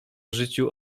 życiu